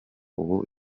ubu